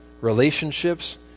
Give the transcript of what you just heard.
relationships